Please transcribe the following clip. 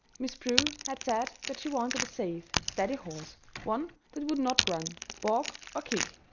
miss prue had said that she wanted a safe, steady horse one that would not run, balk, or kick.